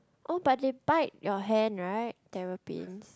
oh but they bite your hand right terrapins